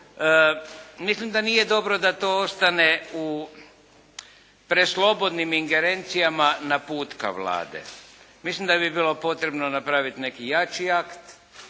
mislim da nije dobro da to ostane u preslobodnim ingerencijama naputka Vlade. Mislim da bi bilo potrebno napraviti neki jači akt,